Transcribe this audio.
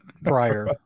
prior